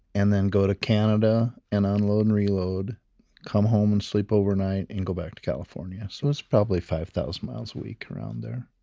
and then go to canada and unload and reload come home and sleep overnight and go back to california. so it's probably five thousand miles week around there.